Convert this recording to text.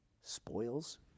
spoils